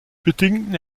bedingten